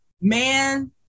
man